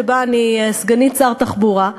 שבה אני סגנית שר התחבורה,